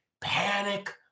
panic